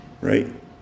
right